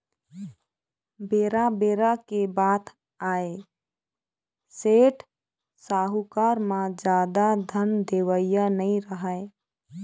बेरा बेरा के बात आय सेठ, साहूकार म जादा धन देवइया नइ राहय